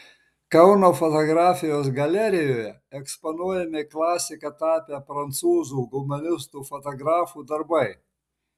kauno fotografijos galerijoje eksponuojami klasika tapę prancūzų humanistų fotografų darbai